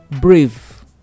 brave